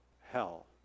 hell